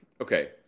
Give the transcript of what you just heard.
okay